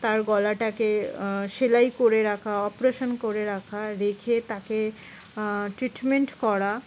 তার গলাটাকে সেলাই করে রাখা অপারেশান করে রাখা রেখে তাকে ট্রিটমেন্ট করা